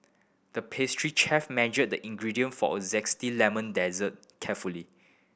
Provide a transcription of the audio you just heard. the pastry chef measured the ingredient for a zesty lemon dessert carefully